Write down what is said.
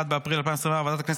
1 באפריל 2024,